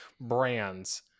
Brands